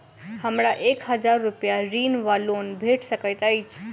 हमरा एक हजार रूपया ऋण वा लोन भेट सकैत अछि?